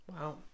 Wow